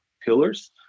pillars